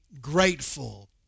grateful